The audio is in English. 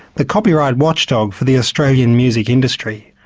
the copyright watchdog for the australian music industry.